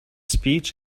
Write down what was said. speech